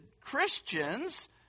Christians